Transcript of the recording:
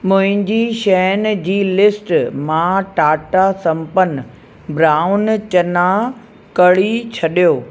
मुंहिंजी शयुनि जी लिस्ट मां टाटा संपन्न ब्राउन चना कढी छॾियो